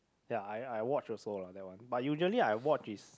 ya I I watch also lah that one but usually I watch is